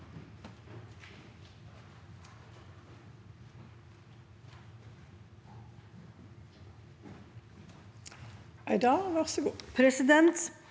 Presidenten